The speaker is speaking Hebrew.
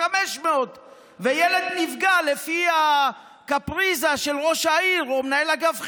500. ילד נפגע לפי הקפריזה של ראש העיר או מנהל אגף חינוך.